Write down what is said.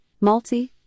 multi